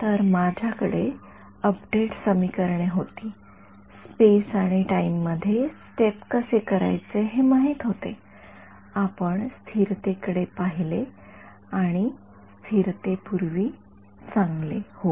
तर आमच्याकडे अपडेट समीकरणे होती स्पेस आणि टाइम मध्ये स्टेप कसे करायचे हे माहित होते आपण स्थिरतेकडे पाहिले आणि स्थिरतेपूर्वी चांगले हो